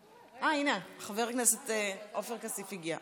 הינה, חבר הכנסת עופר כסיף הגיע.